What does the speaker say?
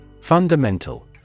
Fundamental